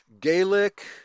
Gaelic